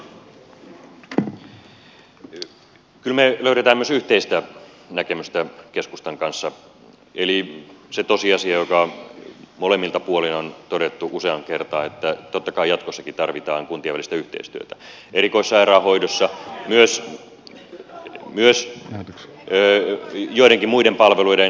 kyllä me löydämme myös yhteistä näkemystä keskustan kanssa eli sen tosiasian joka molemmilta puolin on todettu useaan kertaan että totta kai jatkossakin tarvitaan kuntien välistä yhteistyötä erikoissairaanhoidossa myös joidenkin muiden palveluiden järjestämisessä